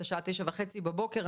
השעה 9 וחצי בבוקר.